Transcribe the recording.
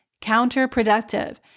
counterproductive